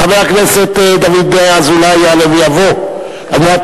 חבר הכנסת דוד אזולאי יעלה ויבוא על מנת